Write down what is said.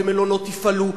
ומלונות יפעלו,